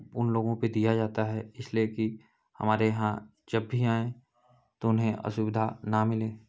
उनलोगों पर दिया जाता है इसलिए कि हमारे यहाँ जब भी आएँ तो उन्हें असुविधा न मिले